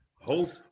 Hope